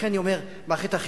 ולכן אני אומר, מערכת החינוך,